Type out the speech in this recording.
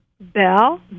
Bell